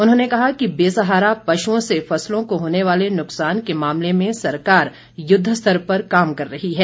उन्होंने कहा कि बेसहारा पशुओं से फसलों को होने वाले नुकसान के मामले में सरकार युद्ध स्तर पर काम कर रही है